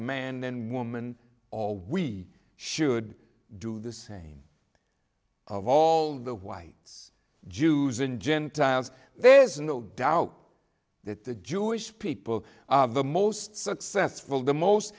man and woman or we should do the same of all the whites jews and gentiles there's no doubt that the jewish people the most successful the most